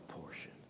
portion